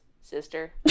sister